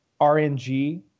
RNG